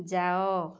ଯାଅ